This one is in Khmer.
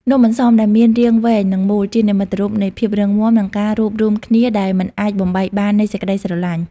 នំអន្សម ដែលមានរាងវែង និងមូល ជានិមិត្តរូបនៃភាពរឹងមាំ និងការរួបរួមគ្នាដែលមិនអាចបំបែកបាននៃសេចក្ដីស្រឡាញ់។